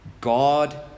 God